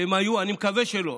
אני מקווה שלא,